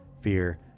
fear